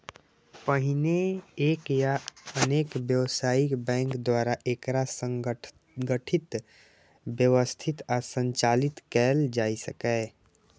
पहिने एक या अनेक व्यावसायिक बैंक द्वारा एकरा संगठित, व्यवस्थित आ संचालित कैल जाइ छै